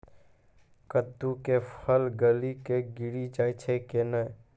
कददु के फल गली कऽ गिरी जाय छै कैने?